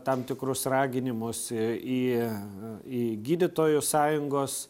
tam tikrus raginimus į į gydytojų sąjungos